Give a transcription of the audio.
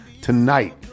Tonight